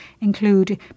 include